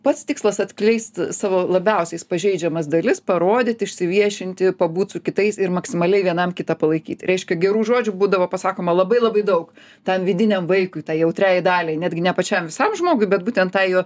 pats tikslas atskleist savo labiausiais pažeidžiamas dalis parodyt išsiviešinti pabūt su kitais ir maksimaliai vienam kitą palaikyt reiškia gerų žodžių būdavo pasakoma labai labai daug tam vidiniam vaikui tai jautriai daliai netgi ne pačiam visam žmogui bet būtent tai jo